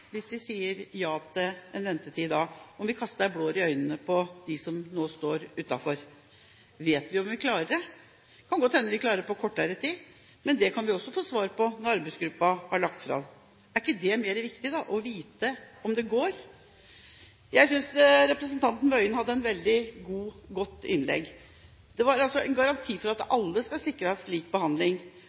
hvis vi sier ja til en ventetid i dag, om vi kaster blår i øynene på dem som nå står utenfor? Vet vi om vi klarer det? Det kan godt hende vi klarer det på kortere tid, men det kan vi også få svar på når arbeidsgruppen har lagt fram sin anbefaling. Er det ikke mer riktig å vite om det går? Jeg synes representanten Tingelstad Wøien hadde et veldig godt innlegg. Det handler om en garanti for at alle skal sikres lik behandling.